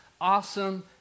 awesome